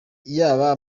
yaba